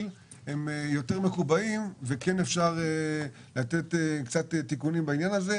הם יותר מקובעים ואפשר לתת קצת תיקונים בעניין הזה.